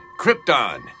Krypton